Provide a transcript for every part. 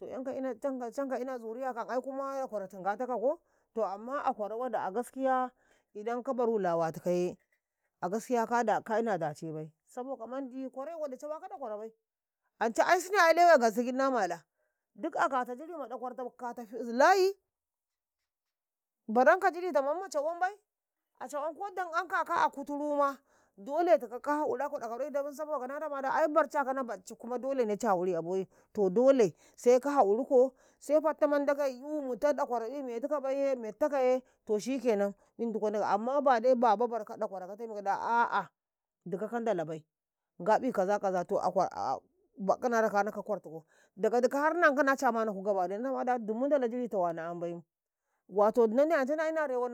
canka ina lewai aikum, ɗakwarau tingatakau ko to amma a kwara waɗi ka jire kabaru lawatikaye akata jire ka jire ka ina dace bai domacin kuwa kwarai waɗi cawaka ɗakwarabai ancai aisune lewai giɗ gansu na mala giɗ a katau jira ma ɗakwarta kata ndaru, baranka jiri ma mumu ma cawan bai. A cawan ko baranka kau a ragai ma ina kanadi mandi na ɗofa da barancakau na bacci kuma ci eyi kanadi a boyi sai ci eye kanadi kum sai ki"yu kanadi sai fafta mandi ndage "yu mutau ɗakwaraye to metika baiye, metakaye to amma ba dai babu barka ɗakwarau ka tame da a'a dikau kandalabai ngaƃi to bakkau na rakankau ta kwartuku daga dikau har nankau na camanaku giɗtuku na ɗafa da dumu munnadalau catau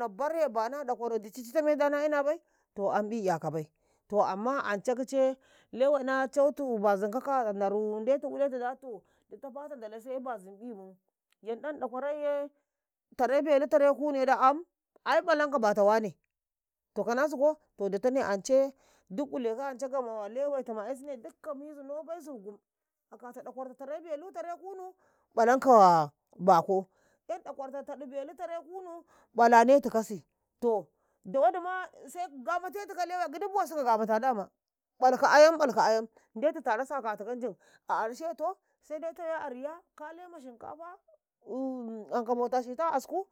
a ɗakwarau dici ci ɗafe da na ina bai, to ammi "yakabai to amma ance kice lewai na cautu bazin ka kata ndau ndetu iletu da to, ditafa tan ndalau sai bazimƃi yanɗan ɗakwaraiye tarai belu tarai kunnu da am ai ƃalankau bata wane. To kanasiko to difane ancai giɗ ilekau gamma lewaitumu aisine giɗ ka mizuno bai zugam akata ɗakwata tarai belu tarai kunnu ƃalanko bako "yan ɗakwarta taɗu belu, tarai kunnu ƃalantikasito do dowadi ma sai gamatetika lewai gidi bosu ka gamata ƃalka ayam-ƃalka ayam ndetu caftasu a katika njimala adon sai dai riya insa ma samuntau anka bauta shita a asku.